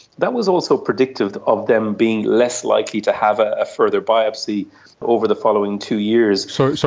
that was also predictive of them being less likely to have a further biopsy over the following two years. sorry, so